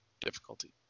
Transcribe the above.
difficulty